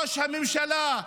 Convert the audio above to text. ראש הממשלה,